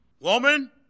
Woman